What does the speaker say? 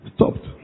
Stopped